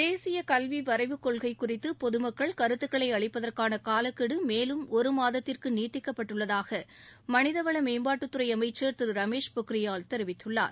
தேசிய கல்வி வரைவு கொள்கை குறித்து பொதுமக்கள் கருத்துக்களை அளிப்பதற்கான காலக்கெடு மேலும் ஒரு மாதத்திற்கு நீட்டிக்கப்பட்டுள்ளதாக மனிதவள மேம்பாட்டுத்துறை அமைச்சர் திரு ரமேஷ் பொக்ரியால் தெரிவித்துள்ளார்